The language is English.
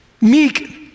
Meek